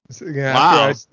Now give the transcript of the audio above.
Wow